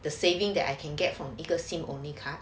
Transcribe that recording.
the saving that I can get from equal SIM only car